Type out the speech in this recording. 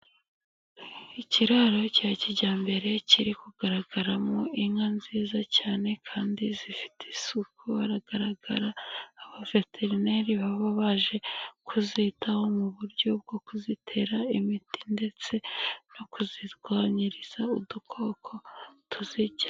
Ikiraro cya kijyambere kiri kugaragaramo inka nziza cyane kandi zifite isuku; hagaragara abaveterineri baba baje kuzitaho mu buryo bwo kuzitera imiti ndetse no kuzigabanyiriza udukoko tuzirya.